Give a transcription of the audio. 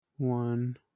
One